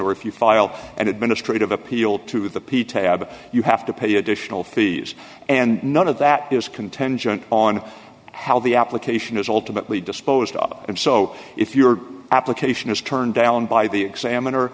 or if you file an administrative appeal to the p tab you have to pay additional fees and none of that is contention on how the application is ultimately disposed of and so if your application is turned down by the examiner